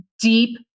deep